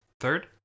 Third